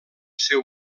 seu